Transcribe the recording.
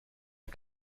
are